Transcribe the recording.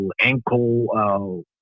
ankle